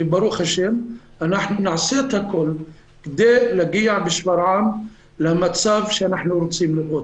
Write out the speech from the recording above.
וברוך השם אנחנו נעשה הכול כדי להגיע בשפרעם למצב שאנחנו רוצים לראות.